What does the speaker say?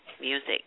music